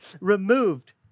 removed